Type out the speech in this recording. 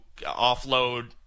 offload